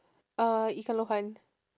uh ikan lohan